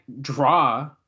draw